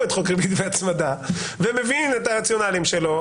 את חוק ריבית והצמדה והם מביאים את הרציונלים שלו.